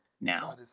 now